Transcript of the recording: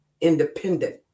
independent